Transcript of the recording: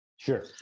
Sure